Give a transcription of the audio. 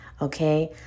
okay